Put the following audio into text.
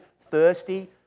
thirsty